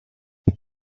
what